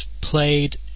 played